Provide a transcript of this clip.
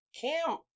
Cam